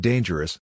Dangerous